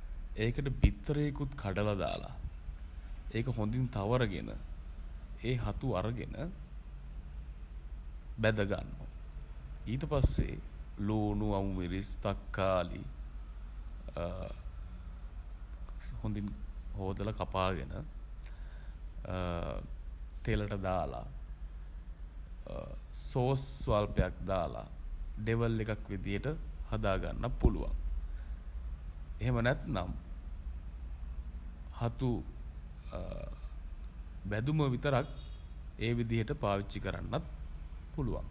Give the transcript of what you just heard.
ඒකට බිත්තරේකුත් කඩලා දාලා ඒක හොඳින් තවරගෙන ඒ හතු අරගෙන බැඳගන්න. ඊටපස්සේ ලූණු අමු මිරිස් තක්කාලි හොඳින් හෝදලා කපාගෙන තෙලට දාලා සෝස් ස්වල්පයක් දාල ඩෙවල් එකක් විදියට හදා ගන්නත් පුළුවන්. එහෙම නැත්නම් හතු බැඳුම විතරක් ඒ විදියට පාවිච්චි කරන්නත් පුළුවන්.